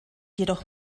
jedoch